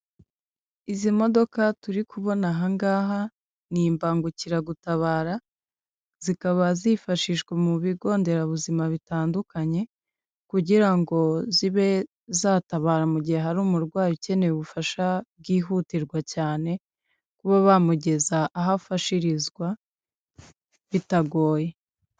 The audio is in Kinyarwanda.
Izi modoka turi kubona ahangaha ni imbangukiragutabara zikaba zifashishwa mu bigo nderabuzima bitandukanye, kugira ngo zibe zatabara mu gihe hari umurwayi ukeneye ubufasha bwihutirwa cyane kuba bamugeza aho afashirizwa bitagoye.